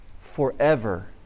forever